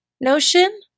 notion